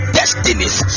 destinies